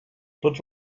tots